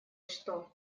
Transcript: что